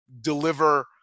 deliver